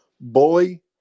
Bully